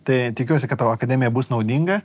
tai tikiuosi kad tau akademija bus naudinga